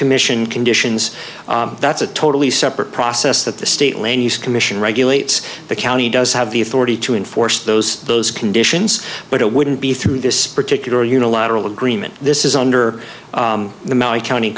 commission conditions that's a totally separate process that the state land use commission regulates the county does have the authority to enforce those those conditions but it wouldn't be through this particular unilateral agreement this is under the my county